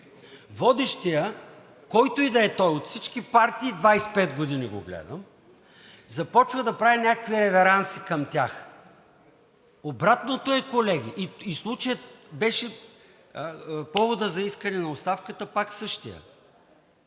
водещият, който и да е той – от всички партии – 25 години го гледам, започва да прави някакви реверанси към тях. Обратното е, колеги. Поводът за искане на оставката беше пак същият.